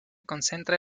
concentra